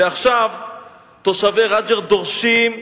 ועכשיו תושבי רג'ר דורשים,